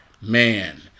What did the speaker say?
man